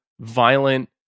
violent